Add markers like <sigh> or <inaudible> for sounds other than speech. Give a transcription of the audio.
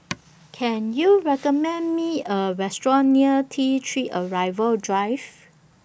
<noise> Can YOU recommend Me A Restaurant near T three Arrival Drive